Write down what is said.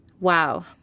Wow